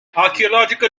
archaeological